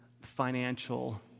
financial